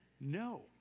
no